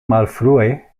malfrue